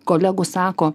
kolegų sako